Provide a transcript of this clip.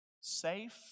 safe